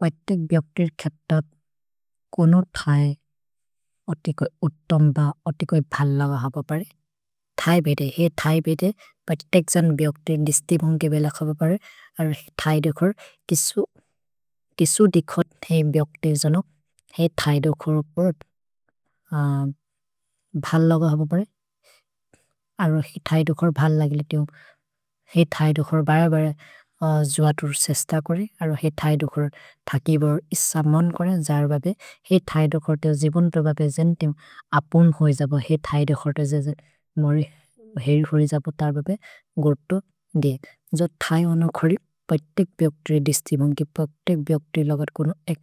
कोइ तेक् ब्यक्तिर् खेतत् कोनो थै अतिकोइ उतोम्ब, अतिकोइ भल् लग हप प्रए। थै भेदे, हे थै भेदे, पति तेक् जान् ब्यक्तिर् निस्तिभौन् के बेल खप प्रए। अरो हे थै देखर् किसु, किसु देखर् हे ब्यक्तिर् जानु। हे थै देखर् परत् भल् लग हप प्रए। अरो हे थै देखर् भल् लगि लितिउम्। हे थै देखर् बय बय जवतुर् सेश्त करि। थकि बोर् इस मन् करे जर् भे। हे थै देखर् ते जिबुन् प्रए भे जेन्तिम् अपुन् होइ जप। हे थै देखर् ते जजे मोरि हेरि होइ जप तर् भे गोतो गे। ज थै ओन करि पति तेक् ब्यक्तिर् दिस्तिभौन् के पति तेक् ब्यक्तिर् लगर् कोनो एक्।